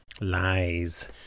Lies